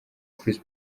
chris